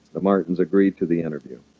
the martins agreed to the interview